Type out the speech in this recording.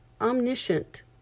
omniscient